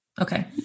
Okay